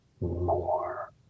more